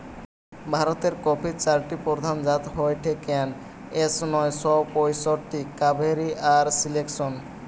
ভারতের কফির চারটি প্রধান জাত হয়ঠে কেন্ট, এস নয় শ পয়ষট্টি, কাভেরি আর সিলেকশন